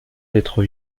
d’être